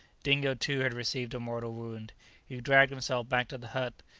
dingo, too, had received a mortal wound he dragged himself back to the hut,